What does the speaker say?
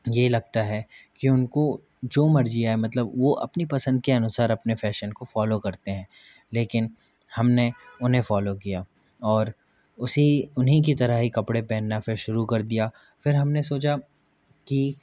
ये लगता है कि उनको जो मर्ज़ी आए मतलब वो अपनी पसंद के अनुसार अपने फैशन को फॉलो करते हैं लेकिन हमने उन्हें फॉलो किया और उसी उन्ही की तरह ही कपड़े पहनना फिर शुरू कर दिया फिर हमने सोचा कि